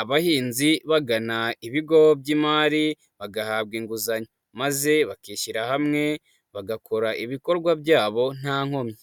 abahinzi bagana ibigo by'imari bagahabwa inguzanyo maze bakishyira hamwe bagakora ibikorwa byabo nta nkomyi.